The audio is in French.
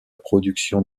production